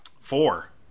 Four